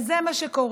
אז זה מה שקורה: